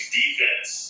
defense